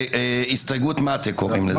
הסתייגות מאטה קוראם לזה.